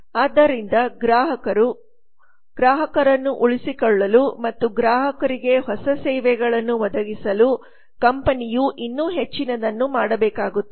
ಆದ್ದರಿಂದ ಗ್ರಾಹಕರು ಗ್ರಾಹಕರನ್ನು ಉಳಿಸಿಕೊಳ್ಳಲು ಮತ್ತು ಗ್ರಾಹಕರಿಗೆ ಹೊಸ ಸೇವೆಗಳನ್ನು ಒದಗಿಸಲು ಕಂಪನಿಯು ಇನ್ನೂ ಹೆಚ್ಚಿನದನ್ನು ಮಾಡಬೇಕಾಗುತ್ತದೆ